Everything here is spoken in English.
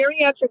geriatric